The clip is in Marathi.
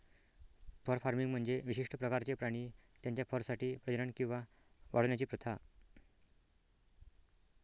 फर फार्मिंग म्हणजे विशिष्ट प्रकारचे प्राणी त्यांच्या फरसाठी प्रजनन किंवा वाढवण्याची प्रथा